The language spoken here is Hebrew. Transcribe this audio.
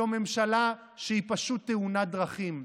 זו ממשלה שהיא פשוט תאונת דרכים.